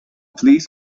police